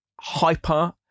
hyper